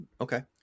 Okay